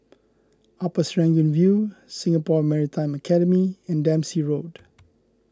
Upper Serangoon View Singapore Maritime Academy and Dempsey Road